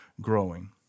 growing